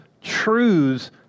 truths